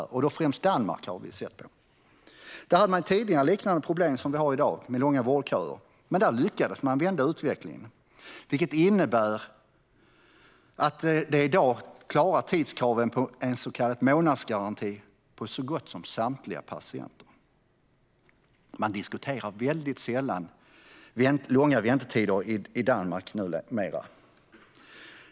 Det gäller då främst Danmark. Där hade man tidigare liknande problem som vi har i dag med långa vårdköer, men man lyckades vända utvecklingen. Det innebär att man i Danmark i dag klarar tidskravet på en så kallad månadsgaranti för så gott som samtliga patienter. Man diskuterar sällan långa väntetider i Danmark numera.